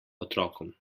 otrokom